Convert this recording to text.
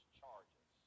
charges